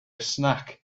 snack